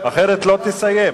אחרת לא תסיים.